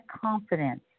confidence